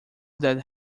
that